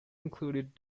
included